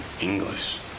English